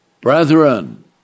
Brethren